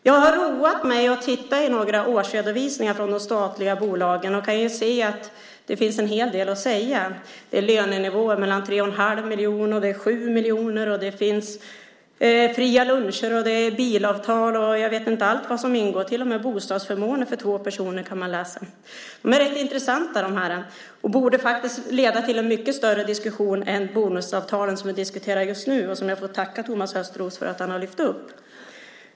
Jag har roat mig med att titta i några årsredovisningar från de statliga bolagen och kan se att det finns en hel del att säga. Det är lönenivåer mellan 3 1⁄2 miljoner och 7 miljoner. Det finns fria luncher. Det är bilavtal och jag vet inte allt vad som ingår. Till och med bostadsförmåner för två personer kan man läsa om. De här redovisningarna är rätt intressanta. De borde leda till en mycket större diskussion än de bonusavtal som vi diskuterar just nu och som jag får tacka Thomas Östros för att han har lyft fram.